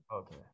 Okay